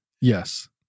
yes